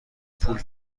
پول